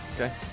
Okay